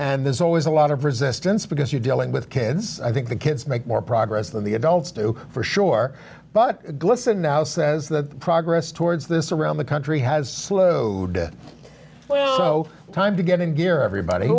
and there's always a lot of resistance because you're dealing with kids i think the kids make more progress than the adults do for sure but glisten now says that progress towards this around the country has slowed it time to get in gear everybody